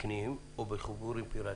תקניים או בחיבורים פיראטיים?